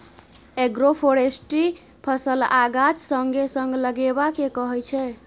agroforestry फसल आ गाछ संगे संग लगेबा केँ कहय छै